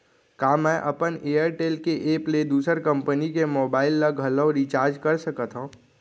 का मैं अपन एयरटेल के एप ले दूसर कंपनी के मोबाइल ला घलव रिचार्ज कर सकत हव?